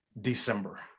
December